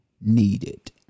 needed